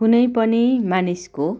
कुनै पनि मानिसको